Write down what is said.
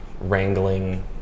wrangling